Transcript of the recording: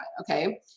Okay